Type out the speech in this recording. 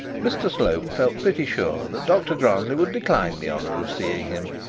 mr slope felt pretty sure that dr grantly would decline the honour of seeing him,